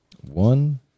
one